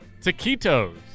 taquitos